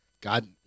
God